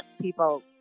People